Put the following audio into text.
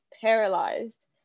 paralyzed